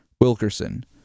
wilkerson